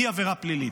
היא עבירה פלילית,